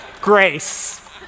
grace